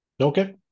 Okay